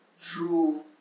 true